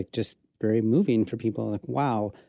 just very moving for people like, wow,